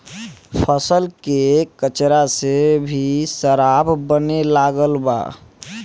फसल के कचरा से भी शराब बने लागल बा